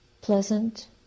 pleasant